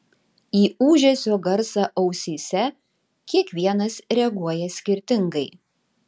į ūžesio garsą ausyse kiekvienas reaguoja skirtingai